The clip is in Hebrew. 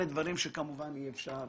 שאלה דברים שכמובן אי אפשר